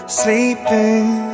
sleeping